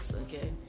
Okay